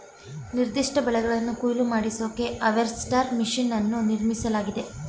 ನಿರ್ದಿಷ್ಟ ಬೆಳೆಗಳನ್ನು ಕೊಯ್ಲು ಮಾಡಿಸೋಕೆ ಹಾರ್ವೆಸ್ಟರ್ ಮೆಷಿನ್ ಅನ್ನು ನಿರ್ಮಿಸಲಾಗಿದೆ